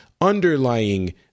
underlying